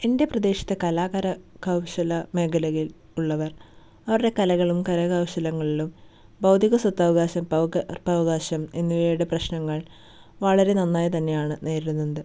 എന്റെ പ്രദേശത്ത് കലാകരകൗശല മേഘലയില് അവരുടെ കലകളും കരകൗശലങ്ങളിലും ഭൗതിക സ്വത്തവകാശം പവുക പവകാശം എന്നിവയുടെ പ്രശ്നങ്ങള് വളരെ നന്നായി തന്നെയാണ് നേരിടുന്നുണ്ട്